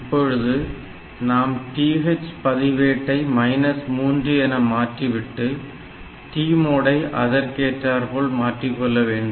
இப்பொழுது நாம் TH பதிவேட்டை மைனஸ் 3 என மாற்றி விட்டு TMOD ஐ அதற்கேற்றார்போல் மாற்றிக்கொள்ள வேண்டும்